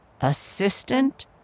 Assistant